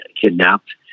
kidnapped